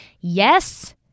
Yes